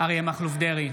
אריה מכלוף דרעי,